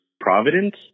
Providence